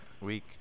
week